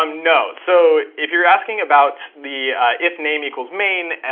um no. so if you're asking about the if name equals main,